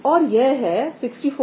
और यह है 643X20